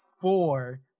four